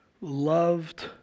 loved